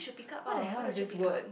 what the hell is this word